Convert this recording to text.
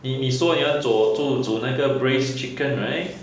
你说你要做煮那个 braised chicken right